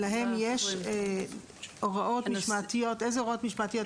ולהן יש הוראות משמעתיות, איזה הוראות משמעתיות?